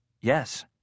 yes